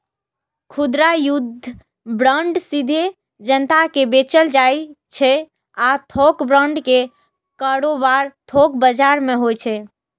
खुदरा युद्ध बांड सीधे जनता कें बेचल जाइ छै आ थोक बांड के कारोबार थोक बाजार मे होइ छै